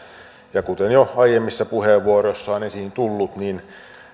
kuten jo aiemmissa puheenvuoroissa on esiin tullut